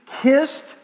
kissed